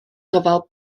gofal